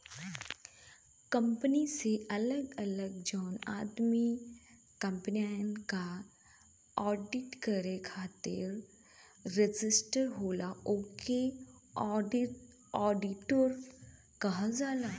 company से अलग जौन आदमी कंपनियन क आडिट करे खातिर रजिस्टर होला ओके आडिटर कहल जाला